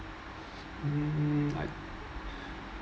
hmm I